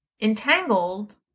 entangled